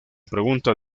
pregunta